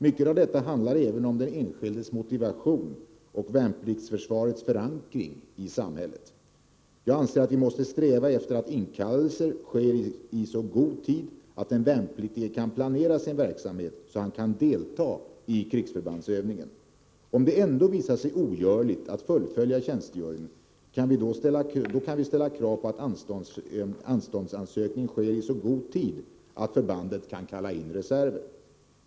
Mycket av detta handlar även om den enskildes motivation och värnpliktsförsvarets förankring i samhället. Jag anser att vi måste sträva efter att inkallelserna skall ske i så god tid att den värnpliktige kan planera sin verksamhet så, att han kan delta i krigsförbandsövningen. Om det ändå visar sig ogörligt att fullfölja tjänstgöringen, kan vi ställa krav på att anståndsansökning sker i så god tid att förbandet kan kalla in reserver.